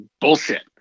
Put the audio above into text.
bullshit